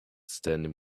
standing